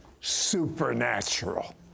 supernatural